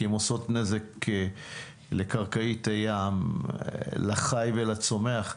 הן עושות נזק לקרקעית הים, לחי ולצומח,